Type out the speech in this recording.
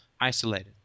isolated